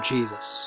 Jesus